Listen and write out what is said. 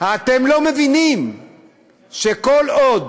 אתם לא מבינים שכל עוד